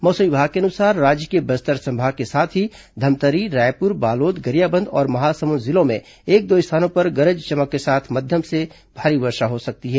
मौसम विभाग के अनुसार राज्य के बस्तर संभाग के साथ ही धमतरी रायपुर बालोद गरियाबंद और महासमुंद जिलों में एक दो स्थानों पर गरज चमक के साथ मध्यम से भारी वर्षा हो सकती है